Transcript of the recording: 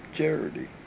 charity